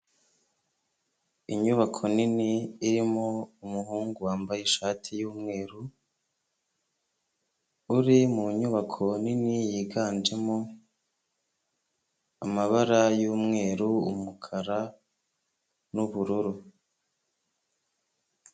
Inyubako nini irimo umuhungu wambaye ishati y'umweru, uri mu nyubako nini yiganjemo, amabara y'umweru, umukara, n'ubururu.